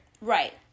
Right